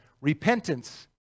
repentance